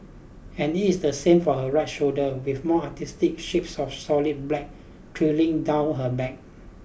and it's the same for her right shoulder with more artistic shapes of solid black trailing down her back